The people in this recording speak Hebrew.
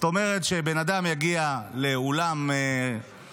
זאת אומרת שבן אדם יגיע לאולם כושר,